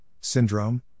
syndrome